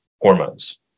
hormones